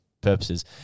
purposes